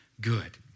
good